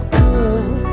good